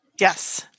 Yes